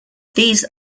these